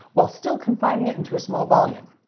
while still confining it into a small volume.